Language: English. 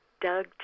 doug